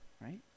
right